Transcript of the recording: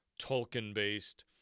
Tolkien-based